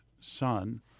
son